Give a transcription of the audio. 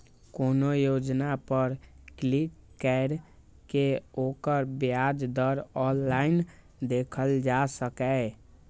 कोनो योजना पर क्लिक कैर के ओकर ब्याज दर ऑनलाइन देखल जा सकैए